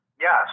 Yes